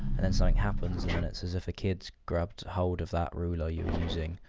and then something happens, and it's as if a kid grabbed hold of that ruler you were using,